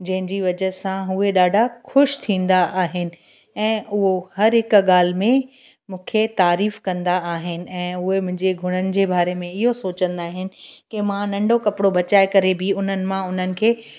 जंहिंजी वजह सां उहे ॾाढा ख़ुशि थींदा आहिनि ऐं उहो हर हिकु ॻाल्हि में मूंखे तारीफ़ कंदा आहिनि ऐं उहे मुंहिंजे गुणनि जे बारे में इहो सोचींदा आहिनि की मां नंढो कपिड़ो बचाए करे बि उन्हनि मां उन्हनि खे